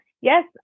yes